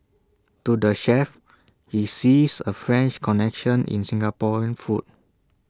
to the chef he sees A French connection in Singaporean food